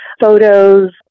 photos